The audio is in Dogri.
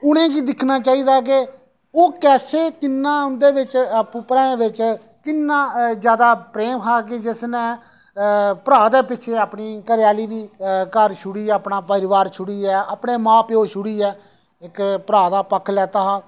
उ'नेंगी दिक्खना चाहिदा कि ओह् कैसे किन्ना उं'दे बिच आपूं भ्राएं बिच किन्ना जैदा प्रेम हा कि जिसने भ्रा दे पिच्छें अपने घरे आह्ली बी घर छोड़ियै अपना परोआर छोड़ियै अपने मां प्यो छोड़ियै इक भ्रा दा पक्ख लैता हा